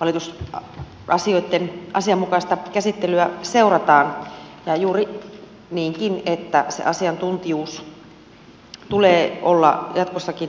valitusasioitten asianmukaista käsittelyä seurataan ja juuri niinkin että sen asiantuntijuuden tulee olla jatkossakin elinkeinonharjoittajien turva